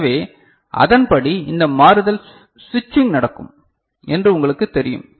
எனவே அதன்படி இந்த மாறுதல் சுவிட்சிங் நடக்கும் என்று உங்களுக்குத் தெரியும்